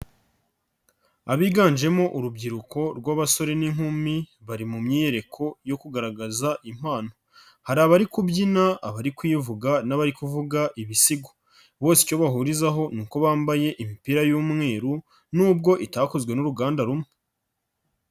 Abiganjemo urubyiruko rw'abasore n'inkumi bari mu myiyereko yo kugaragaza impano, hari abari kubyina, aba kwivuga n'abarivuga ibisigo, bose icyo bahurizaho ni uko bambaye imipira y'umweru, nubwo itakozwe n'uruganda rumwe.